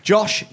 Josh